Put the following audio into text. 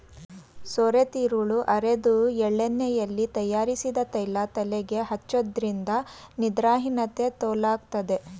ಸೋರೆತಿರುಳು ಅರೆದು ಎಳ್ಳೆಣ್ಣೆಯಲ್ಲಿ ತಯಾರಿಸಿದ ತೈಲ ತಲೆಗೆ ಹಚ್ಚೋದ್ರಿಂದ ನಿದ್ರಾಹೀನತೆ ತೊಲಗ್ತದೆ